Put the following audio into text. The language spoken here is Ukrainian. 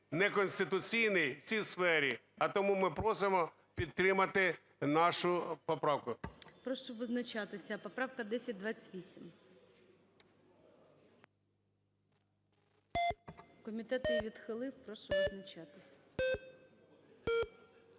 неконституційний в цій сфері. А тому ми просимо підтримати нашу поправку. ГОЛОВУЮЧИЙ. Прошу визначатися. Поправка 1028. Комітет її відхилив. Прошу визначатись.